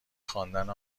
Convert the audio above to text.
خواندن